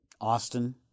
Austin